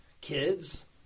Kids